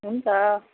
हुन्छ